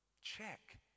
check